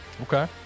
okay